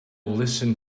listen